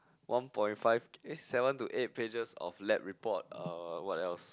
one point five eh seven to eight pages of lab report uh what else